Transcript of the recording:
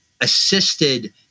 assisted